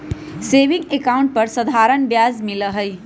saving account पर साधारण ब्याज मिला हई